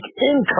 income